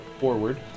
forward